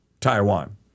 Taiwan